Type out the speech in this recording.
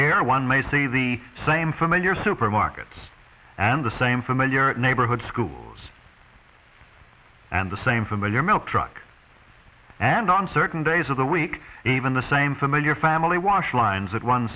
here one may see the same familiar supermarkets and the same familiar neighborhood schools and the same familiar milk truck and on certain days of the week even the same familiar family wash lines that one